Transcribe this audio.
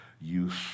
use